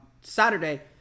Saturday